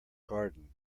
garden